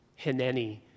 Hineni